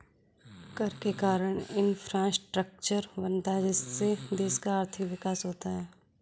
कर के कारण है इंफ्रास्ट्रक्चर बनता है जिससे देश का आर्थिक विकास होता है